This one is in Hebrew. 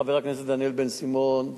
חבר הכנסת דניאל בן-סימון,